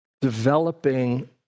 developing